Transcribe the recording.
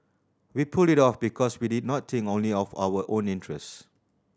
we pulled it off because we did not think only of our own interests